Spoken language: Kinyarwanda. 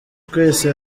twese